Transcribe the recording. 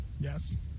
yes